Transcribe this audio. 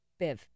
biv